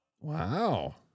Wow